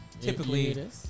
typically